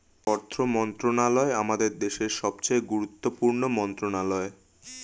অর্থ মন্ত্রণালয় আমাদের দেশের সবচেয়ে গুরুত্বপূর্ণ মন্ত্রণালয়